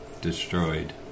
destroyed